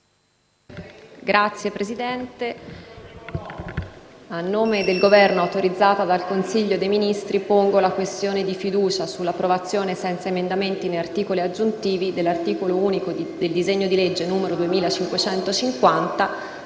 senatori, a nome del Governo, autorizzata dal Consiglio dei ministri, pongo la questione di fiducia sull'approvazione, senza emendamenti né articoli aggiuntivi, dell'articolo unico del disegno di legge n. 2550,